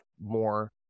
more